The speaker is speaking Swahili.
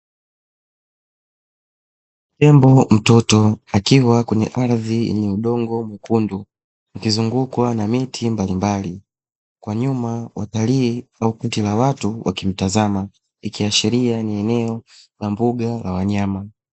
Tembo mtoto akiwa kwenye ardhi yenye udongo mwekundu, akizungukwa na miti mbalimbali kwa nyuma watalii au jopo la watu wakimtazama, ikiashiria ni eneo la mbuga za wanyama.